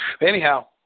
Anyhow